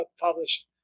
published